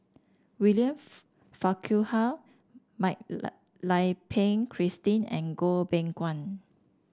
William Farquhar Mak Lai Peng Christine and Goh Beng Kwan